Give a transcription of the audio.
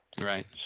Right